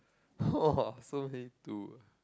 !wah! so many two